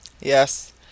Yes